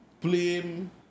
blame